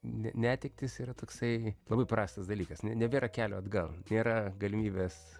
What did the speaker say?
ne netektys yra toksai labai prastas dalykas ne nebėra kelio atgal nėra galimybės